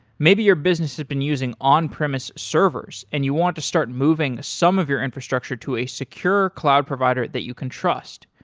maybe your business had been using on-premise servers and you want to start moving some of your infrastructure to a secure cloud provider that you can trust.